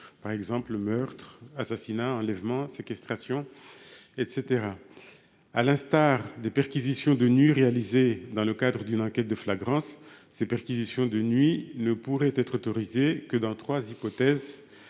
personnes : meurtres, assassinats, enlèvements et séquestrations, etc. À l'instar des perquisitions de nuit réalisées dans le cadre d'une enquête de flagrance, ces perquisitions de nuit ne pourraient être autorisées que dans trois hypothèses